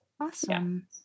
Awesome